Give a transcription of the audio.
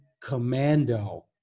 Commando